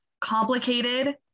complicated